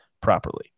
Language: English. properly